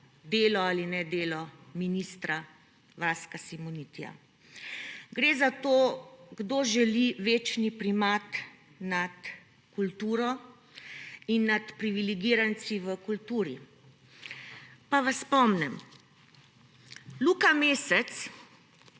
delo ali nedelo ministra Vaska Simonitija, gre za to, kdo želi večni primat nad kulturo in nad privilegiranci v kulturi. Naj vas spomnim. Luka Mesec